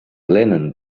lennon